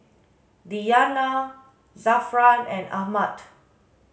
Diyana Zafran and Ahmad